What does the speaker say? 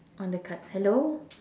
on the cards hello